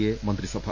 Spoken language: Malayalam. എ മന്ത്രിസഭ